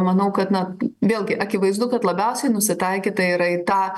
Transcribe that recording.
manau kad na vėlgi akivaizdu kad labiausiai nusitaikyta yra į tą